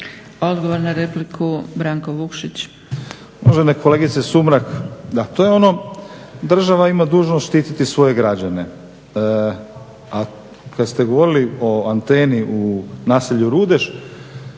laburisti - Stranka rada)** Uvažena kolegice Sumrak, da to je ono država ima dužnost štititi svoje građane, a kada ste govorili o anteni u naselju Rudeš